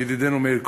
ידידנו מאיר כהן,